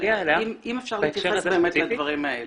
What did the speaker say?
אבל אם אפשר להתייחס באמת לדברים האלה.